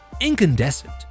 Incandescent